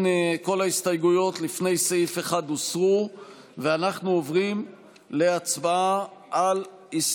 כאשר חברי לסיעה יואב סגלוביץ' הציע באחת